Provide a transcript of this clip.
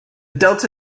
delta